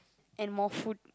and more food